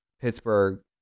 Pittsburgh